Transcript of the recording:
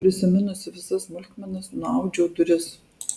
prisiminusi visas smulkmenas nuaudžiau duris